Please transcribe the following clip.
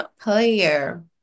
player